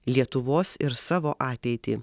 lietuvos ir savo ateitį